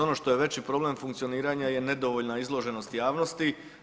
Ono što je veći problem funkcioniranja je nedovoljna izloženost javnosti.